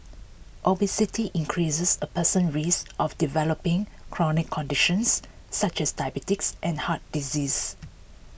obesity increases A person's risk of developing chronic conditions such as diabetes and heart disease